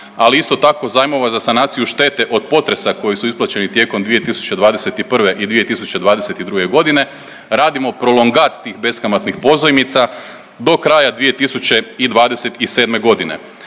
ali isto tako zajmova za sanaciju štete od potresa koji su isplaćeni tijekom 2021. i 2022.g. radimo prolongat tih beskamatnih pozajmica do kraja 2027.g..